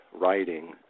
writing